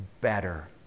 better